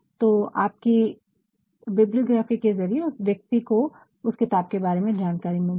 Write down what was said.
तो आपकी बिबलियोग्राफी के ज़रिये उस व्यक्ति को उस किताब के बारे में जानकारी मिलती है